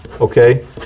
okay